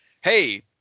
hey